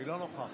אינו נוכח